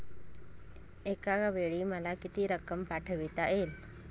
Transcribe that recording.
एकावेळी मला किती रक्कम पाठविता येईल?